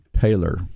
Taylor